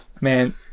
Man